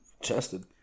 Chested